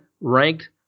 ranked